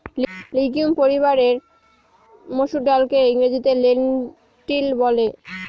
legume পরিবারের মসুর ডালকে ইংরেজিতে লেন্টিল বলে